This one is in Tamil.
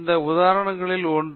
இந்த உதாரணங்களில் ஒன்று